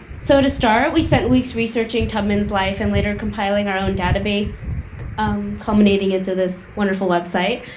so to start, we spent weeks researching tubman's life and later compiling our own database um culminating into this wonderful website.